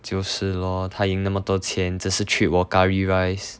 就是 lor 他赢那么多钱只是 treat 我 curry rice